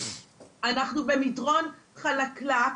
אנחנו במדרון חלקלק,